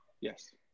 Yes